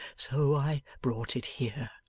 so i brought it here